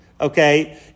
okay